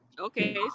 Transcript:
Okay